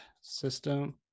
system